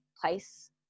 place